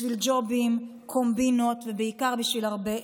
בשביל ג'ובים, קומבינות ובעיקר בשביל הרבה אגו.